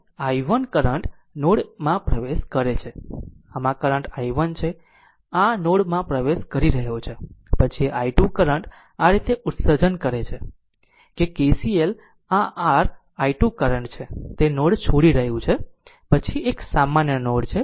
આમ આ i1 current node માં પ્રવેશ કરે છે આમ આ કરંટ i1 છે આ નોડ માં પ્રવેશ કરી રહ્યો છે પછી i 2 કરંટ આ રીતે ઉત્સર્જન કરે છે કે KCL આ r i 2 કરંટ છે તે નોડ છોડી રહ્યું છે પછી આ એક સામાન્ય નોડ છે